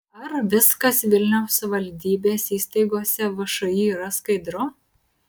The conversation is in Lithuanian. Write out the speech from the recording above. ar viskas vilniaus savivaldybės įsteigtose všį yra skaidru